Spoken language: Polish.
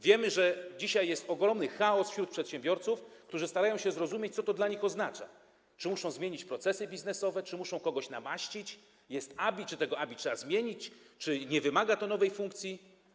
Wiemy, że dzisiaj jest ogromny chaos wśród przedsiębiorców, którzy starają się zrozumieć, co to dla nich oznacza: czy muszą zmienić procesy biznesowe, czy muszą kogoś namaścić, jest ABI, czy ABI trzeba zmienić, czy nie wymaga to nowej funkcji.